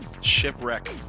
Shipwreck